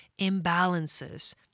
imbalances